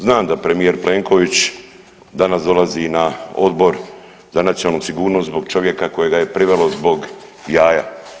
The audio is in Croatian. Znam da premijer Plenković danas dolazi na Odbor za nacionalnu sigurnost zbog čovjeka kojega je privelo zbog jaja.